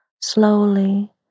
slowly